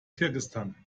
kirgisistan